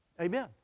Amen